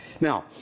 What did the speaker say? Now